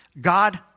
God